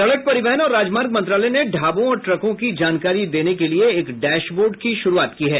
सड़क परिवहन और राजमार्ग मंत्रालय ने ढाबों और ट्रकों की जानकारी देने के लिए एक डैशबोर्ड की शुरुआत की है